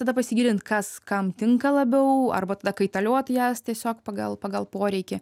tada pasigilint kas kam tinka labiau arba tada kaitalioti jas tiesiog pagal pagal poreikį